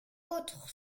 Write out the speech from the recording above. autres